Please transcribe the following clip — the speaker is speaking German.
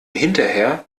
hinterher